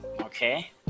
Okay